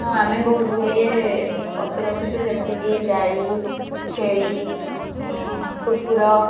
ହଁ ଆମେ ବହୁତ ଗୁଡ଼ିଏ ପଶୁ ରଖିଛୁ ଯେମିତିକି ଗାଈ ଛେଳି କୁକୁର